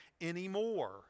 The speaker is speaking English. anymore